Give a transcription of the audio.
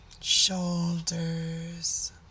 Shoulders